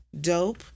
Dope